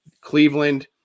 Cleveland